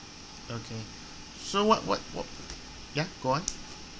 okay so what what what ya go on